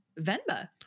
Venba